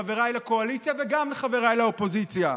חבריי לקואליציה וגם חבריי לאופוזיציה,